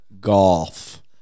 golf